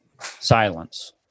silence